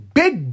big